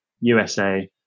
USA